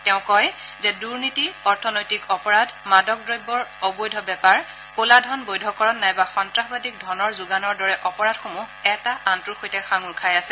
তেওঁ কয় যে দুৰ্নীতি অৰ্থনৈতিক অপৰাধী মাদক দ্ৰব্যৰ অবৈধ বেপাৰ ক'লা ধন বৈধকৰণ নাইবা সন্ত্ৰাসবাদীক ধনৰ যোগানৰ দৰে অপৰাধসমূহ এটা আনটোৰ সৈতে সাঙোৰ খাই আছে